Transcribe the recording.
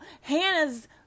Hannah's